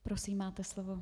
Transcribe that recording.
Prosím, máte slovo.